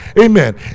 Amen